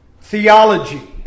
theology